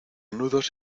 nudos